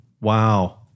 Wow